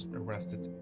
arrested